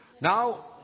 now